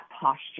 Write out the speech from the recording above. posture